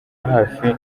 hafi